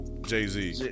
Jay-Z